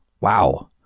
wow